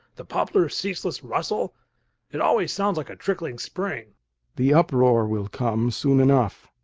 the poplars' ceaseless rustle it always sounds like a trickling spring the uproar will come, soon enough.